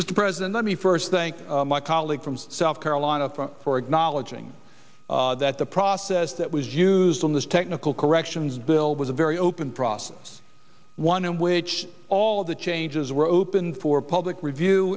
mr president let me first thing my colleague from south carolina for acknowledging that the process that was used in this technical corrections bill was a very open process one in which all of the changes were open for public review